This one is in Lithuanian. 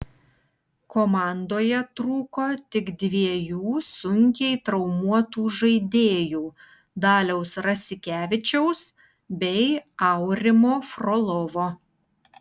komandoje trūko tik dviejų sunkiai traumuotų žaidėjų daliaus rasikevičiaus bei aurimo frolovo